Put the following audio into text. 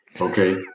Okay